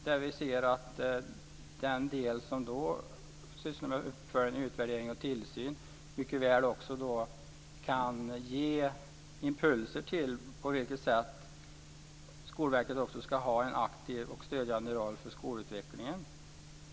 Den del som sysslar med uppföljning, utvärdering och tillsyn kan mycket väl ge impulser till på vilket sätt Skolverket ska ha en aktiv och stödjande roll för skolutvecklingen.